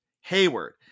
Hayward